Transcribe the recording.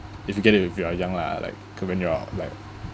if you get it when you are young lah like c~ when you are like